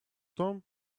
том